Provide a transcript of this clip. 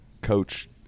Coach